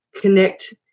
connect